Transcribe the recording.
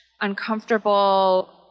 uncomfortable